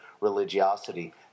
religiosity